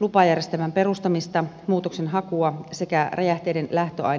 lupajärjestelmän perustamista muutoksenhakua sekä räjähteiden lähtöainerikkomusta